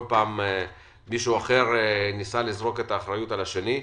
כל פעם מישהו אחר ניסה לזרוק את האחריות על השני.